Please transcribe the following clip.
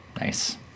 Nice